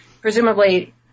presumably –